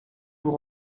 vous